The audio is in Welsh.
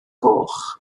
goch